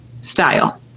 style